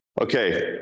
Okay